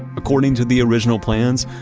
according to the original plans,